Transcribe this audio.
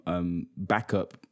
backup